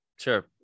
Sure